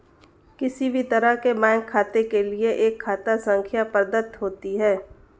किसी भी तरह के बैंक खाते के लिये एक खाता संख्या प्रदत्त होती है